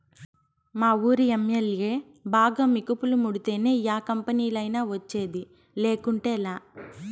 మావూరి MLA బాగా మికుపులు ముడితేనే యా కంపెనీలైనా వచ్చేది, లేకుంటేలా